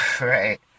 Right